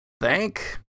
thank